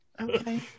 Okay